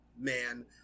man